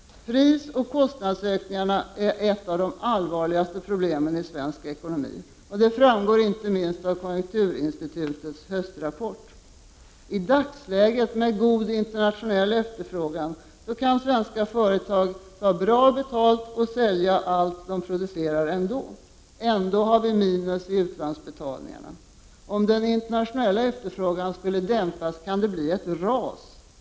Prisoch kostnadsökningarna är ett av de allvarligaste problemen i svensk ekonomi. Det framgår inte minst av konjunkturinstitutets höstrapport. I dagsläget, med god internationell efterfrågan, kan svenska företag ta bra betalt och i alla fall sälja allt de producerar. Ändå har vi minus i utlandsbetalningarna. Om den internationella efterfrågan skulle dämpas kan det bli ett ras.